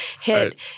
hit